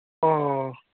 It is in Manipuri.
ꯑꯣ